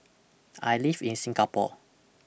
I live in Singapore